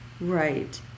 Right